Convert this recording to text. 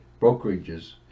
brokerages